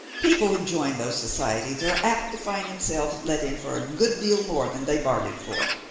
people who join those societies are apt to find themselves let in for a good deal more than they bargained for.